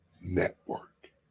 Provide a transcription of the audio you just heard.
network